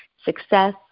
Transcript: success